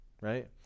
right